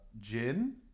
gin